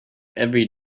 every